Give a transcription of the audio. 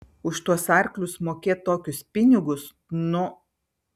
už tuos arklius mokėt tokius pinigus nu